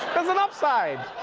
there's an upside.